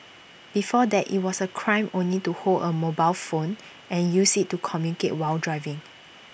before that IT was A crime only to hold A mobile phone and use IT to communicate while driving